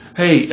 hey